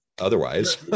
otherwise